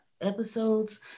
episodes